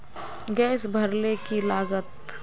Gas भरले की लागत?